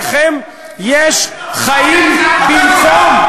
אצלכם יש חיים במקום,